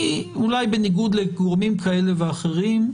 בניגוד לגורמים כאלה ואחרים,